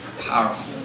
powerful